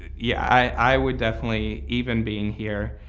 yeah. i would definitely even being here